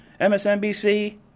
MSNBC